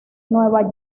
nueva